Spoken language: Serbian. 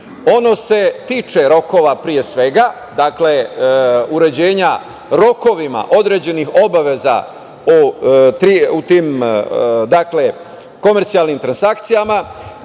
Ono se tiče rokova pre svega, dakle, uređenja rokovima određenih obaveza u tim komercijalnim transakcijama,